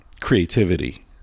creativity